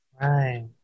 Right